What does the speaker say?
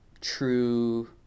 true